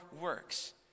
works